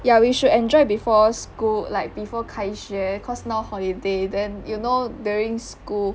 ya we should enjoy before school like before 开学 cause now holiday then you know during school